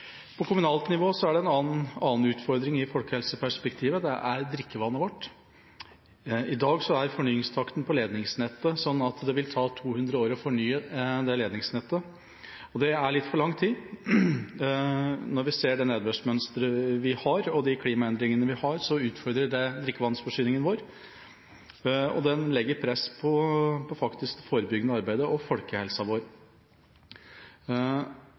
På kommunalt nivå er det en annen utfordring i folkehelseperspektivet, det er drikkevannet vårt. I dag er fornyingstakten på ledningsnettet slik at det vil ta 200 år å fornye det. Det er litt for lang tid. Vi ser av nedbørsmønsteret og klimaendringene vi har, at det utfordrer drikkevannsforsyningen vår. Den legger faktisk press på det forebyggende arbeidet og folkehelsa vår.